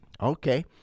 Okay